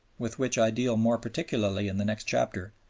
with which i deal more particularly in the next chapter,